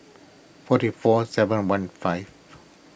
forty four seven one five